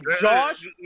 Josh